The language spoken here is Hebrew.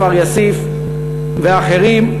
כפר-יאסיף ואחרים,